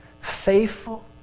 faithful